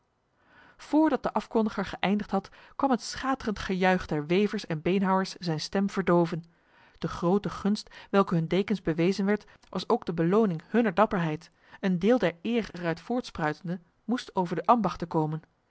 voordat de afkondiger geëindigd had kwam het schaterend gejuich der wevers en beenhouwers zijn stem verdoven de grote gunst welke hun dekens bewezen werd was ook de beloning hunner dapperheid een deel der eer eruit voortspruitende moest over de ambachten komen